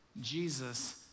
Jesus